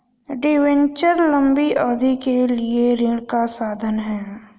debenture लंबी अवधि के लिए ऋण का साधन है